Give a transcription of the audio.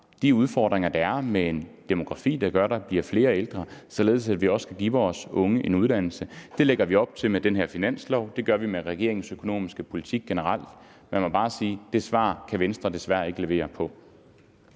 de udfordringer, der er med en demografi, der gør, at der bliver flere ældre, og så vi også kan give vores unge en uddannelse. Det lægger vi op til med den her finanslov. Det gør vi med regeringens økonomiske politik generelt. Lad mig bare sige, at det kan Venstre desværre ikke levere et